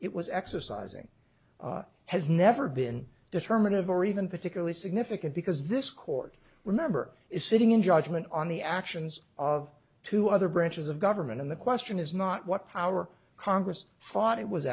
it was exercising has never been determined of or even particularly significant because this court remember is sitting in judgment on the actions of two other branches of government and the question is not what power congress fought it was